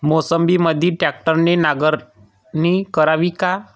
मोसंबीमंदी ट्रॅक्टरने नांगरणी करावी का?